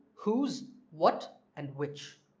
whose, what and which.